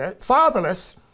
fatherless